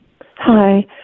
Hi